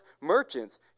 merchants